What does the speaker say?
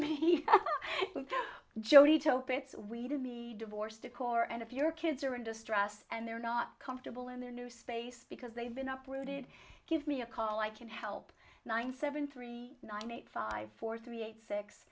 pitts we'd be divorced decor and if your kids are in distress and they're not comfortable in their new space because they've been uprooted give me a call i can help nine seven three nine eight five four three eight six